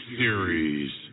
series